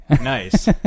Nice